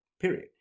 Period